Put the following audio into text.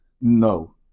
No